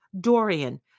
Dorian